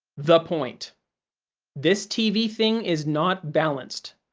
the point this tv thing is not balanced.